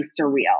surreal